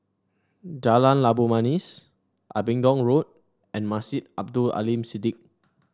Jalan Labu Manis Abingdon Road and Masjid Abdul Aleem Siddique